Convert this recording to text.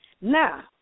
Now